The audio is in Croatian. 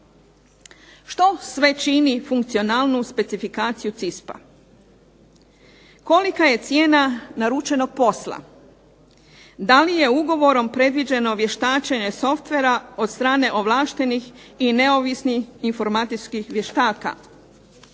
Što sve čini funkcionalnu specifikaciju CISP-a? Kolika je cijena naručenog posla? Da li je ugovorom predviđeno vještačenje softvera od strane ovlaštenih i neovisnih informacijskih vještaka?